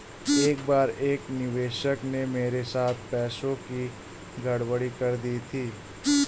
एक बार एक निवेशक ने मेरे साथ पैसों की गड़बड़ी कर दी थी